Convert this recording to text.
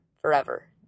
forever